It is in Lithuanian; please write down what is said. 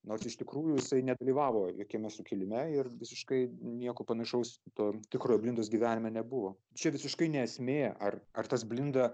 nors iš tikrųjų jisai nedalyvavo jokiame sukilime ir visiškai nieko panašaus to tikro blindos gyvenime nebuvo čia visiškai ne esmė ar ar tas blinda